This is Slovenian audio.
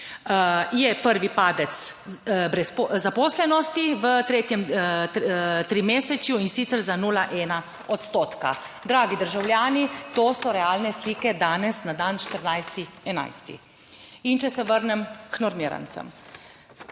Je prvi padec brez zaposlenosti v tretjem trimesečju, in sicer za 01 odstotka. Dragi državljani, to so realne slike danes na dan 14. 11. In če se vrnem k normirancem.